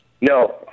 No